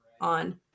on